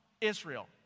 Israel